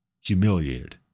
humiliated